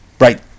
right